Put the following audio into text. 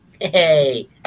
Hey